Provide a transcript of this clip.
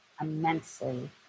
immensely